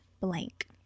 blank